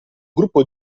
gruppo